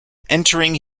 entering